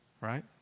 Right